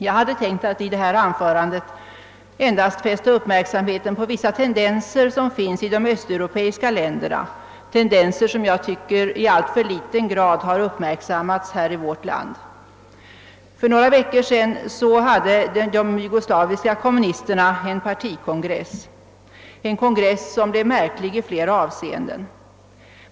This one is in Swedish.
Jag hade tänkt att i detta anförande endast fästa uppmärksamheten på vissa tendenser i de östeuropeiska länderna — tendenser som jag tycker i allt för ringa grad uppmärksammas i vårt land. För några veckor sedan höll de jugoslaviska kommunisterna en partikongress som blev märklig i flera avseenden.